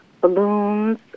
balloons